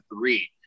three